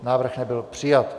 Návrh nebyl přijat.